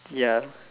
ya